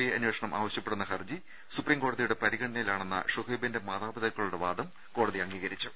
I അന്വേഷണം ആവശ്യപ്പെടുന്ന ഹർജി സുപ്രീം കോടതിയുടെ പരിഗ്രണ നയിലാണെന്ന ഷുഹൈബിന്റെ മാതാപിതാക്കളുടെ വാദം കോടതി അംഗീകരിച്ചു